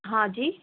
ہاں جی